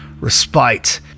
respite